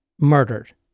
murdered